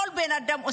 כל בן אדם,